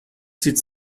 zieht